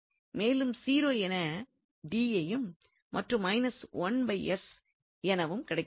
மேலும் என யும் மற்றும் எனவும் கிடைக்கின்றது